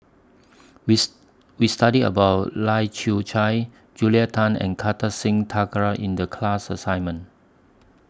we's We studied about Lai Kew Chai Julia Tan and Kartar Singh Thakral in The class assignment